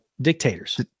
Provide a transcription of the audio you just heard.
dictators